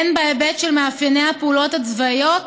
הן בהיבט של מאפייני הפעולות הצבאיות